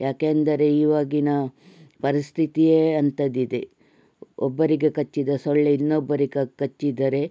ಯಾಕೆಂದರೆ ಇವಾಗಿನ ಪರಿಸ್ಥಿತಿಯೇ ಅಂಥದಿದೆ ಒಬ್ಬರಿಗೆ ಕಚ್ಚಿದ ಸೊಳ್ಳೆ ಇನ್ನೊಬ್ಬರಿಗೆ ಕಚ್ಚಿದರೆ